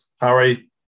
Harry